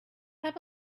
have